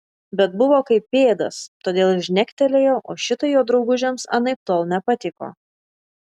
bet buvo kaip pėdas todėl žnektelėjo o šitai jo draugužiams anaiptol nepatiko